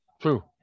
True